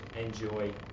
enjoy